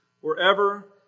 wherever